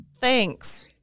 Thanks